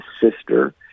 sister